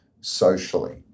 socially